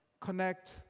Connect